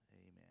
Amen